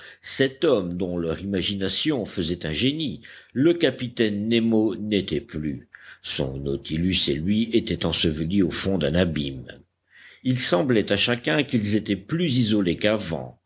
cet homme dont leur imagination faisait un génie le capitaine nemo n'était plus son nautilus et lui étaient ensevelis au fond d'un abîme il semblait à chacun qu'ils étaient plus isolés qu'avant